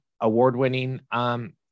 award-winning